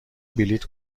بلیط